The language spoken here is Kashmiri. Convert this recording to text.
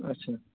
اچھا